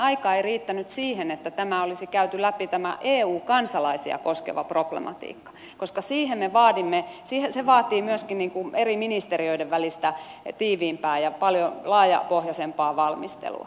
aika ei riittänyt siihen että olisi käyty läpi tämä eu kansalaisia koskeva problematiikka koska se vaatii myöskin eri ministeriöiden välistä tiiviimpää ja paljon laajapohjaisempaa valmistelua